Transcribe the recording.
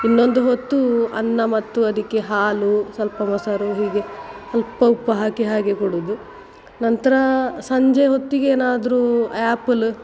ಇನ್ನೊಂದು ಹೊತ್ತು ಅನ್ನ ಮತ್ತು ಅದಕ್ಕೆ ಹಾಲು ಸ್ವಲ್ಪ ಮೊಸರು ಹೀಗೆ ಸ್ವಲ್ಪ ಉಪ್ಪು ಹಾಕಿ ಹಾಗೆ ಕೊಡುವುದು ನಂತರ ಸಂಜೆ ಹೊತ್ತಿಗೆ ಏನಾದರೂ ಆ್ಯಪಲ